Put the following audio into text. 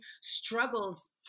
struggles